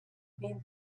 been